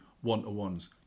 one-to-ones